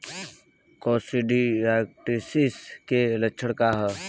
Coccidiosis के लक्षण का ह?